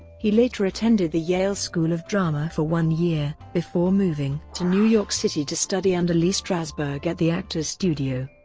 he later attended the yale school of drama for one year, before moving to new york city to study under lee strasberg at the actors studio.